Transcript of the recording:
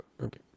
okay